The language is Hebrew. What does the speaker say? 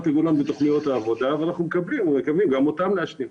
לנו תוכניות עבודה ואנחנו מקווים גם אותן להשלים.